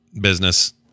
business